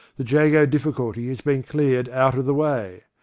the jago difficulty has been cleared out of the way.